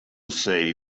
sea